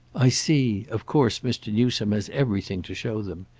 i see of course mr. newsome has everything to show them.